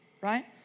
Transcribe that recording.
Right